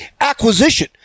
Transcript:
acquisition